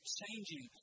changing